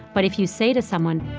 but if you say to someone,